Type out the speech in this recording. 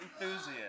Enthusiast